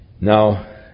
Now